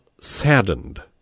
SADDENED